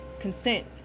consent